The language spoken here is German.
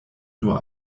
nur